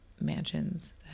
mansions